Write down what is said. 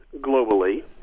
globally